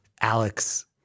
Alex